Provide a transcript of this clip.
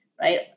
right